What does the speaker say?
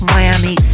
Miami